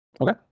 Okay